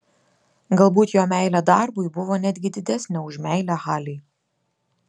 galbūt jo meilė darbui buvo netgi didesnė už meilę halei